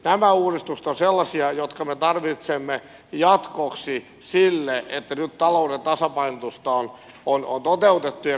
nämä uudistukset ovat sellaisia jotka me tarvitsemme jatkoksi sille että nyt talouden tasapainotusta on toteutettu ja kysynkin